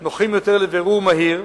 נוחים יותר לבירור מהיר,